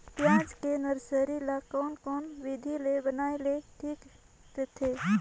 पियाज के नर्सरी ला कोन कोन विधि ले बनाय ले ठीक रथे?